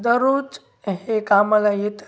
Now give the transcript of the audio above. दररोज हे कामाला येतंच